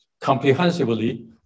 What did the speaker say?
comprehensively